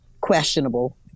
questionable